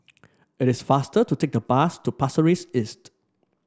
it is faster to take the bus to Pasir Ris East